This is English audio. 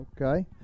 Okay